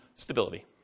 Stability